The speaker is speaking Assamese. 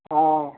অ'